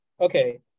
okay